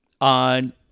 on